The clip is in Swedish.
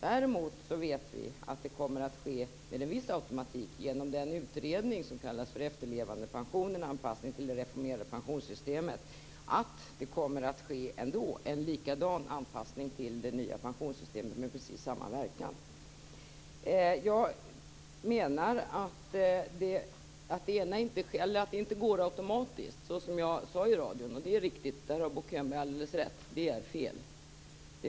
Däremot vet vi att det kommer att ske med en viss automatik, genom den utredning som kallas Efterlevandepensionerna, anpassning till det reformerade pensionssystemet. Det kommer ändå att ske en likadan anpassning till det nya pensionssystemet med precis samma verkan. Jag menar att det inte går automatiskt, som jag sade i radio. Det är fel, och Bo Könberg har helt rätt.